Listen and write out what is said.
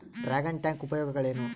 Dragon tank ಉಪಯೋಗಗಳೇನು?